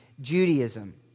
Judaism